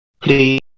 please